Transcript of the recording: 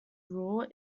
rule